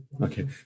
Okay